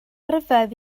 ryfedd